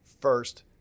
first